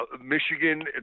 Michigan